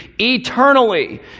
eternally